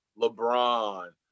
LeBron